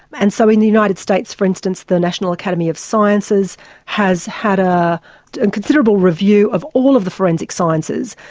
and so in the united states for instance the national academy of sciences has had a and considerable review of all of the forensic sciences,